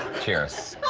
cheers!